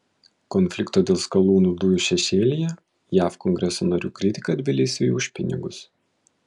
konflikto dėl skalūnų dujų šešėlyje jav kongreso narių kritika tbilisiui už pinigus